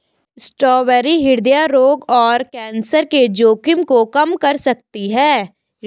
strawberry हृदय रोग और कैंसर के जोखिम को कम कर सकती है